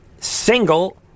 single